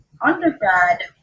undergrad